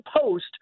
post